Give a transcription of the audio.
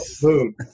boom